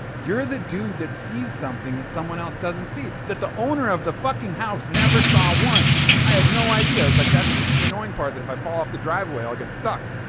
you're the dude that sees something that someone else doesn't see, that the owner of the fucking house never saw once. i had no idea. i was like, that's just the annoying part that if i fall off the driveway, i'll get stuck.